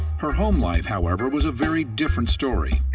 her home life, however, was a very different story.